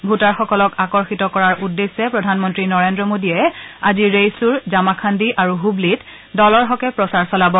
ভোটাৰসকলক আকৰ্ষিত কৰাৰ উদ্দেশ্যে প্ৰধানমন্ত্ৰী নৰেন্দ্ৰ মোদীয়ে আজি ৰেইছুৰ জামাখান্দি আৰু হুবলীত দলৰ হকে প্ৰচাৰ চলাব